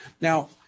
Now